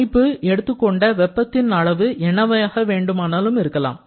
அமைப்பு எடுத்துக்கொண்ட வெப்பத்தின் அளவு என்னவாக வேண்டுமானாலும் இருக்கலாம்